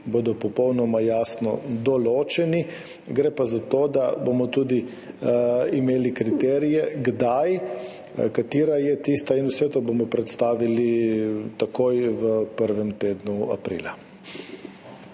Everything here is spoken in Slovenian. bodo popolnoma jasno določeni. Gre pa za to, da bomo imeli tudi kriterije, kdaj, katera je tista in vse to bomo predstavili takoj v prvem tednu aprila.